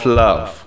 love